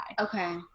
Okay